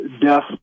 death